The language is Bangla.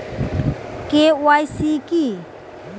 কে.ওয়াই.সি কী?